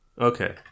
Okay